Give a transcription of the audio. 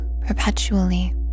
perpetually